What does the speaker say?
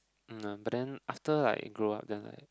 um but then after like I grow up then like